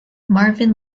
marvin